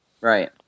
right